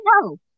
no